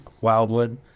wildwood